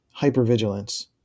hypervigilance